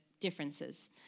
differences